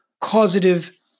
causative